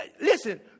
listen